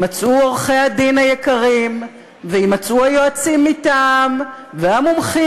יימצאו עורכי-הדין היקרים ויימצאו היועצים מטעם והמומחים